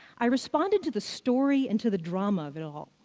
i responded to the story and to the drama of it all.